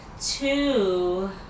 Two